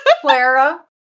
Clara